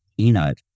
e-note